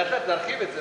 לאט-לאט נרחיב את זה,